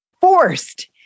forced